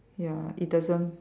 ya it doesn't